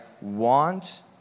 want